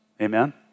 amen